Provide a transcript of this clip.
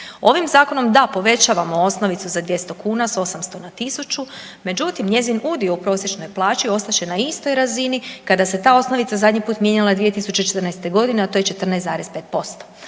Ovim zakonom da povećavamo osnovicu za 200 kuna s 800 na 1.000, međutim njezin udio u prosječnoj plaći ostat će na istoj razini kada se ta osnovica zadnji put mijenja 2014.g., a to je 14,5%,